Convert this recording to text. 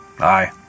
Aye